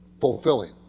fulfilling